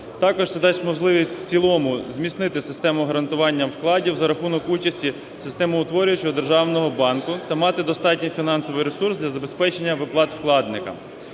Також це дасть можливість в цілому зміцнити систему гарантування вкладів за рахунок участі системоутворюючого державного банку та мати достатній фінансовий ресурс для забезпечення виплат вкладникам.